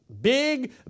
big